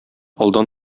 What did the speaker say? алдан